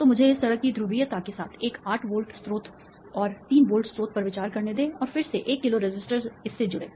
तो मुझे इस तरह की ध्रुवीयता के साथ एक 8 वोल्ट स्रोत और तीन वोल्ट स्रोत पर विचार करने दें और फिर से 1 किलो रेसिस्टर इससे जुड़े